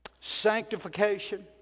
sanctification